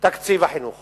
בתקציב החינוך